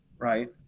right